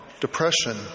depression